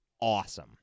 awesome